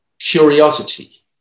curiosity